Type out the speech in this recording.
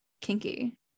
kinky